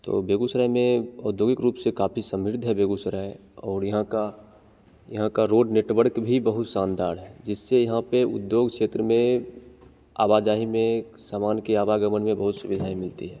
तो बेगुसराय में औद्योगिक रूप से काफ़ी समृद्ध है बेगुसराय और यहाँ का यहाँ का रोड नेटवर्क भी बहुत शानदार है जिससे यहाँ पर उद्योग क्षेत्र में आवा जाही में सामान के आवागमन में बहुत सुविधाएँ मिलती हैं